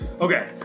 Okay